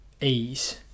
ease